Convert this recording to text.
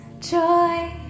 joy